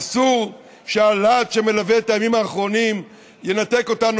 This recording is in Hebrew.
אסור שהלהט שמלווה את הימים האחרונים ינתק אותנו